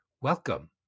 Welcome